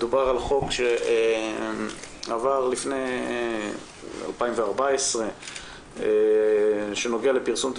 מדובר בחוק שעבר בשנת 2014 שנוגע לפרסום תצלומים,